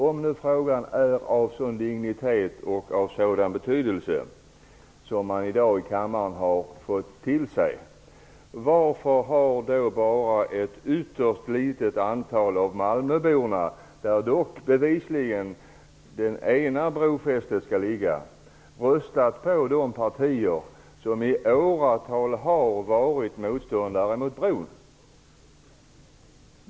Om nu frågan är av en sådan dignitet och betydelse som vi har fått höra här i kammaren i dag, varför har då bara ett ytterst litet antal av malmöborna röstat på de partier som i åratal har varit motståndare mot bron? Det är ju bevisligen i Malmö det ena brofästet skall ligga.